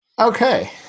okay